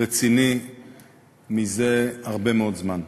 רציני זה הרבה מאוד זמן.